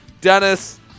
Dennis